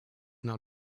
not